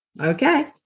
okay